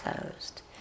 closed